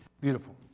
Beautiful